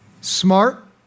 Smart